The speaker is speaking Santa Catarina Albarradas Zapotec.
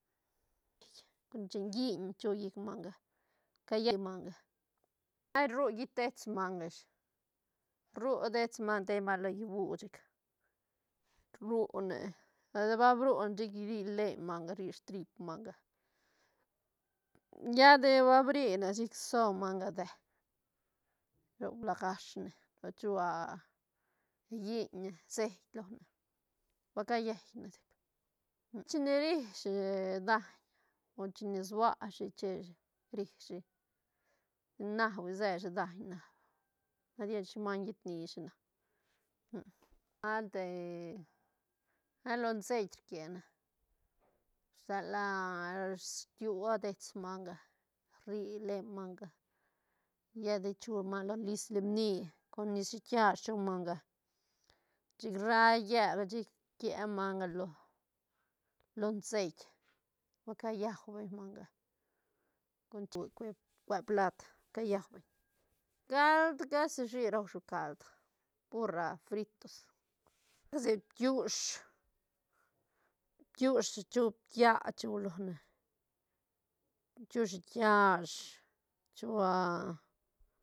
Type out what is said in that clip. con chen lliñ chu llic manga cayaí manga ru git dets manga ish ru dets manga tei manga lo llibu chic rrune lla de ba brune chic rri strip manga lla de ba brine chic sob manga deë ro blajash ne con chua lliñ seit lone ba cayeine chic chine ri shi daiñ con chine suashi cheshi rishi na hui se shi daiñ na shi maiñ yetni shina ante a lo ceit rquieane rsela rquiu dets manga rri len manga lla de chu manga lo nis lim ni con nis shiit kiash chu manga chic rra llel chic rquie manga lo ceit ba cayau beñ manga cue plat cayau beñ cald cashi uishi raushi cald pur fritos si bkiush- bkiush chu ptia chu lone chu shiit kiash chua